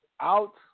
out